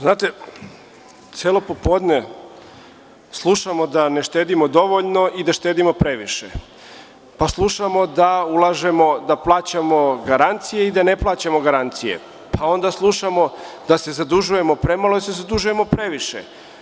Znate, celo popodne slušamo da ne štedimo dovoljno i da štedimo previše, pa slušamo da ulažemo, da plaćamo garancije i da ne plaćamo garancije, pa onda slušamo da se zadužujemo premalo ili se zadužujemo previše.